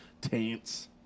Taints